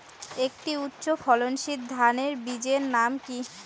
একটি উচ্চ ফলনশীল ধানের বীজের নাম কী?